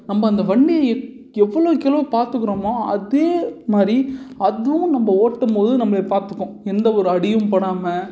நம்ம அந்த வண்டியை எவ்வளோக்கு எவ்வளோ பார்த்துக்கிறமோ அதே மாதிரி அதுவும் நம்ம ஓட்டும் போது நம்மள பார்த்துக்கும் எந்த ஒரு அடியும் படாமல்